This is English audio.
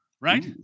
right